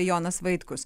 jonas vaitkus